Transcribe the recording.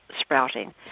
sprouting